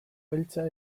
beltza